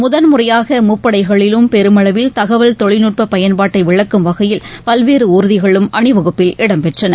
முதல் முறையாகமுப்படைகளிலும் பெருமளவில் தகவல் தொழில்நுட்பபயன்பாட்டைவிளக்கும் வகையில் பல்வேறுஊர்திகளும் அணிவகுப்பில் இடம்பெற்றன